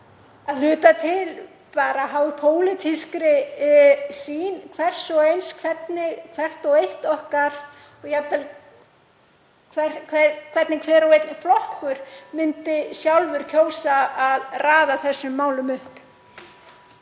að hluta til háð pólitískri sýn hvers og eins hvernig hvert og eitt okkar, og jafnvel hver og einn flokkur, myndi sjálft kjósa að haga þessum málum.